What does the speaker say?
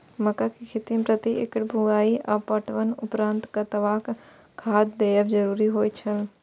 मक्का के खेती में प्रति एकड़ बुआई आ पटवनक उपरांत कतबाक खाद देयब जरुरी होय छल?